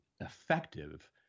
effective